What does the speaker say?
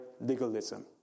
legalism